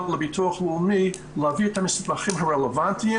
לביטוח לאומי להביא את המסמכים הרלוונטיים.